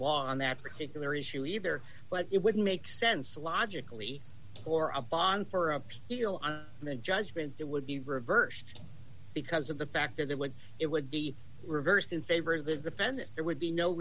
law on that particular issue either but it wouldn't make sense logically for a bond for ups and then judgment it would be reversed because of the fact that it would it would be reversed in favor of the defendant it would be no